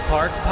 Park